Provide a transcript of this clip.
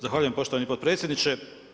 Zahvaljujem poštovani potpredsjedniče.